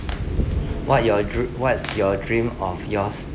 what're your dre~ what's your dream of yours